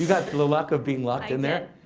luck of being locked in there?